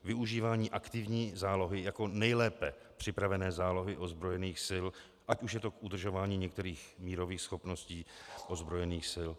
Využívání aktivní zálohy jako nejlépe připravené zálohy ozbrojených sil, ať už je to k udržování některých mírových schopností ozbrojených sil.